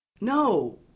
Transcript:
No